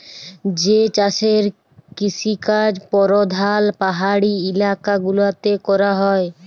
যে চাষের কিসিকাজ পরধাল পাহাড়ি ইলাকা গুলাতে ক্যরা হ্যয়